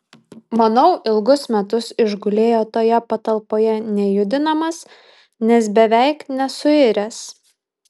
manau ilgus metus išgulėjo toje patalpoje nejudinamas nes beveik nesuiręs